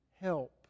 help